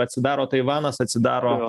atsidaro taivanas atsidaro